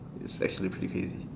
is actually pretty crazy